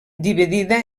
dividida